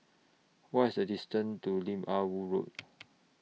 What IS The distance to Lim Ah Woo Road